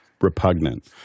Repugnant